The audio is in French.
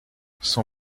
son